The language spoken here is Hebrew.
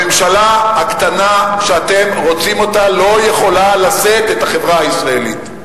הממשלה הקטנה שאתם רוצים אותה לא יכולה לשאת את החברה הישראלית.